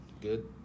Good